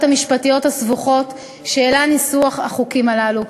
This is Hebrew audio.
המשפטיות הסבוכות שהעלה ניסוח החוקים הללו,